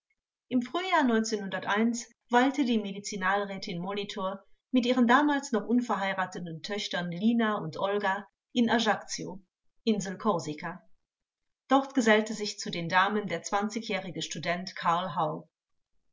im frühjahr walte die medizinalrätin molitor mit ihren damals noch unverheirateten töchtern lina und olga in ajaccio insel korsika dort gesellte sich zu den damen der zwanzigjährige student karl